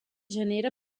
genera